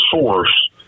source